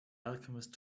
alchemist